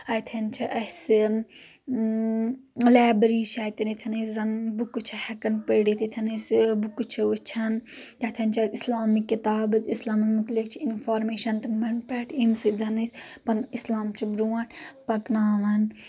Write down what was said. اتٮ۪ن چھِ اسہِ اۭں لیبرٔری چھِ اتٮ۪ن ییٚتٮ۪ن أسۍ زن بُکٕس چھِ ہیٚکان پٔرِتھ ییٚتٮ۪ن أ بُکہٕ چھِ وٕچھان تتٮ۪ن چھِ أسۍ اسلامِک کِتابہٕ اسلامس متعلِق چھِ انفارمیشن تِمن پٮ۪ٹھ یمہِ سۭتۍ زن أسۍ پنُن اسلام چھُ برونٛٹھ پکناوان